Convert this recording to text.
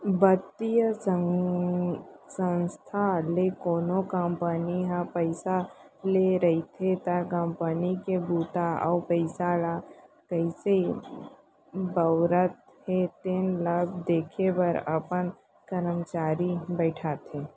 बित्तीय संस्था ले कोनो कंपनी ह पइसा ले रहिथे त कंपनी के बूता अउ पइसा ल कइसे बउरत हे तेन ल देखे बर अपन करमचारी बइठाथे